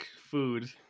food